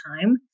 time